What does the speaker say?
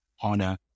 honor